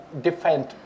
defend